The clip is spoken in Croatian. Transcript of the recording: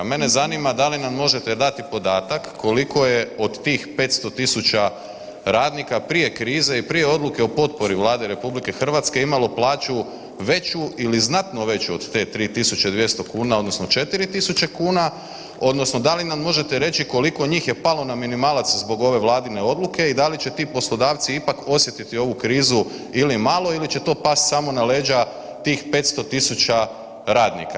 Mene zanima da li nam možete dati podatak koliko je od tih 500.000 radnika prije krize i prije odluke o potpori Vlade RH imalo plaću veću ili znatno veću od te 3.200 kuna odnosno 4.000 kuna odnosno da li nam možete reći koliko njih je palo na minimalac zbog ove Vladine odluke i da li će ti poslodavci ipak osjetiti ovu krizu ili malo ili će to pasti samo na leđa tih 500.000 radnika.